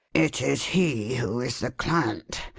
it is he who is the client,